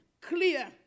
clear